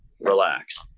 relax